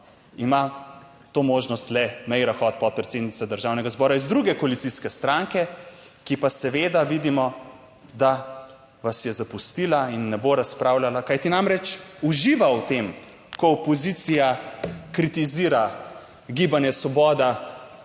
ima to možnost le Meira Hot, podpredsednica Državnega zbora iz druge koalicijske stranke, ki pa seveda vidimo, da vas je zapustila in ne bo razpravljala, kajti namreč uživa v tem, ko opozicija kritizira Gibanje Svoboda.